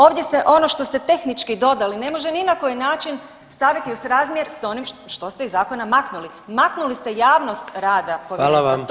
Ovdje se ono što ste tehnički dodali ne može ni na koji način staviti u srazmjer s onim što ste iz Zakona maknuli, maknuli ste javnost rada Povjerenstva.